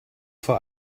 vor